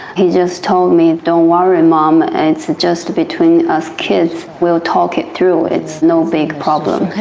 he just told me, don't worry mum, it's just between us kids, we'll talk it through, it's no big problem.